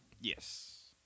Yes